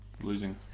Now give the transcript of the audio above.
losing